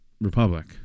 Republic